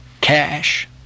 cash